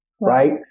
right